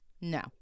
no